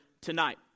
tonight